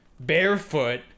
Barefoot